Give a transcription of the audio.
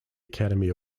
academy